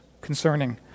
concerning